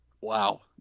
Wow